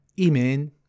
Amen